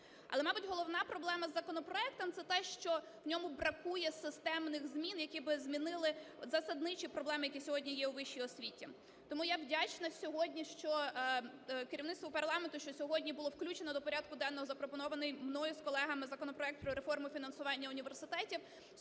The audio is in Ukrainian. Але, мабуть, головна проблема із законопроектом – це те, що в ньому бракує системних змін, які би змінили засадничі проблеми, які сьогодні є у вищій освіті. Тому я вдячна сьогодні керівництву парламенту, що сьогодні було включено до порядку денного запропонований мною з колегами законопроект про реформу фінансування університетів.